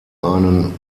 einen